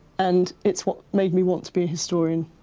and it's what made me want to be a historian.